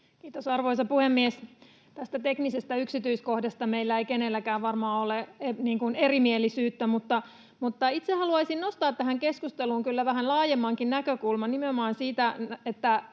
Kiitos, arvoisa puhemies! Tästä teknisestä yksityiskohdasta meillä ei kenelläkään varmaan ole erimielisyyttä, mutta itse haluaisin nostaa tähän keskusteluun kyllä vähän laajemmankin näkökulman, nimenomaan siitä —